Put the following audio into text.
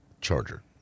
Charger